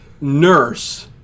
nurse